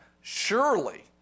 surely